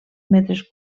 metres